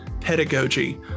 pedagogy